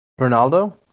Ronaldo